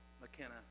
McKenna